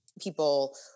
people